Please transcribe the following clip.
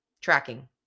Tracking